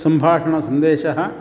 सम्भाषणसन्देशः